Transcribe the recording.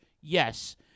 Yes